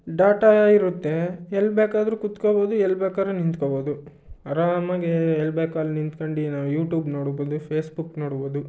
data ಇರುತ್ತೆ ಎಲ್ಲಿ ಬೇಕಾದ್ರೂ ಕುತ್ಕೋಬೋದು ಎಲ್ಲಿ ಬೇಕಾದ್ರೂ ನಿಂತ್ಕೋಬೋದು ಅರಾಮಾಗಿ ಎಲ್ಲಿ ಬೇಕೋ ಅಲ್ಲಿ ನಿಂತ್ಕಂಡು ನಾವು ಯೂಟೂಬ್ ನೋಡ್ಬೋದು ಫೇಸ್ಬುಕ್ ನೋಡ್ಬೋದು